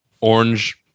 orange